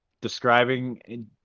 describing